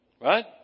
Right